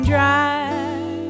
Drive